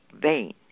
vein